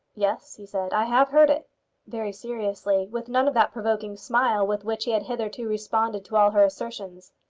yes, he said, i have heard it very seriously, with none of that provoking smile with which he had hitherto responded to all her assertions.